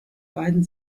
beiden